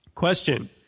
Question